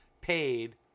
paid